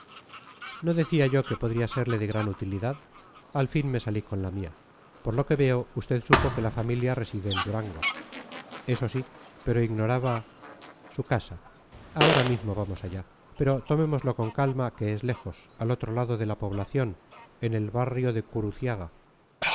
no decía yo que podría serle de gran utilidad al fin me salí con la mía por lo que veo usted supo que la familia reside en durango eso sí pero ignoraba su casa ahora mismo vamos allá pero tomémoslo con calma que es lejos al otro lado de la población en el barrio de